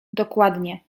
dokładnie